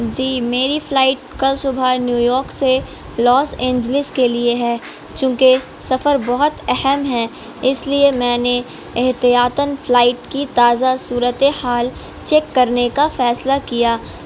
جی میری فلائٹ کال صبح نیو یارک سے لاس اجلس کے لیے ہے چونکہ سفر بہت اہم ہیں اس لیے میں نے احتیاطً فلائٹ کی تازہ صورت حال چیک کرنے کا فیصلہ کیا